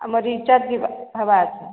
ଆମ ଯିବା ହେବା ଅଛି